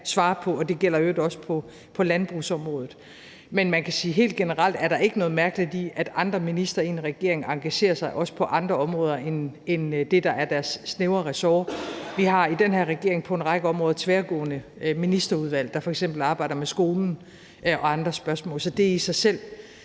svare på, og det gælder i øvrigt også på landbrugsområdet. Men man kan sige, at helt generelt er der ikke noget mærkeligt i, at andre ministre i en regering også engagerer sig i andre områder end det, der er deres snævre ressort. Vi har i den her regering på en række områder tværgående ministerudvalg, der f.eks. arbejder med skolen og andre spørgsmål. Så det i sig selv